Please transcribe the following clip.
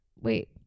wait